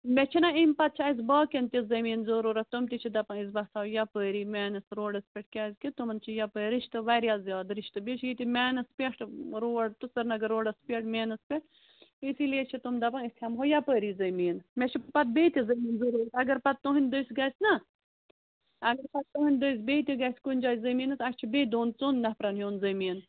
مےٚ چھِنَہ أمۍ پَتہٕ چھِ اَسہِ باقیَن تہِ زٔمیٖن ضٔروٗرَت تِم تہِ چھِ دَپان أسۍ بَسو یَپٲری مینَس روڈَس پٮ۪ٹھ کیٛازکہِ تِمَن چھِ یَپٲرۍ رِشتہٕ واریاہ زیادٕ رِشتہٕ بیٚیہِ چھُ ییٚتہِ مینَس پٮ۪ٹھ روڈ تہٕ سریٖنَگَر روڈَس پٮ۪ٹھ مینَس پٮ۪ٹھ اِسی لیے چھِ تِم دَپان أسۍ ہٮ۪مہو یَپٲری زٔمیٖن مےٚ چھِ پَتہٕ بیٚیہِ تہِ زٔمیٖن ضٔروٗرَت اَگر پَتہٕ تُہُنٛدۍ دٔسۍ گژھنَہ اَگر پَتہٕ تُہُنٛدۍ دٔسۍ بیٚیہِ تہِ گژھِ کُنۍ جایہِ زمیٖنَس اَسہِ چھِ بیٚیہِ دۄن ژۄن نَفرَن ہیوٚن زٔمیٖن